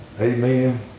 amen